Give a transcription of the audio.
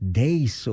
days